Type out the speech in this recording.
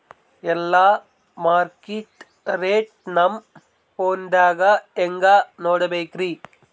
ಎಲ್ಲಾ ಮಾರ್ಕಿಟ ರೇಟ್ ನಮ್ ಫೋನದಾಗ ಹೆಂಗ ನೋಡಕೋಬೇಕ್ರಿ?